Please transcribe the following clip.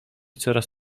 coraz